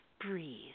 breathe